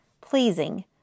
pleasing